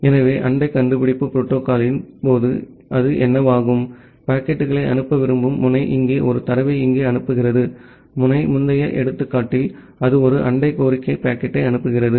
எனவே அண்டை கண்டுபிடிப்பு புரோட்டோகால்யின் போது அது என்னவாகும் பாக்கெட்டுகளை அனுப்ப விரும்பும் முனை இங்கே ஒரு தரவை இங்கே அனுப்புகிறது முனை முந்தைய எடுத்துக்காட்டில் அது ஒரு அண்டை கோரிக்கை பாக்கெட்டை அனுப்புகிறது